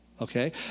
okay